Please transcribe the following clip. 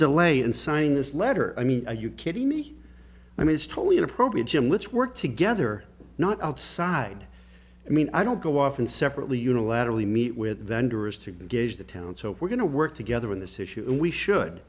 delay in signing this letter i mean are you kidding me i mean it's totally inappropriate jim let's work together not outside i mean i don't go often separately unilaterally meet with vendors to gauge the town so we're going to work together on this issue and we should